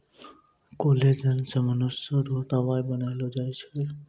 collagen से मनुष्य रो दवाई बनैलो जाय छै